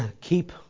Keep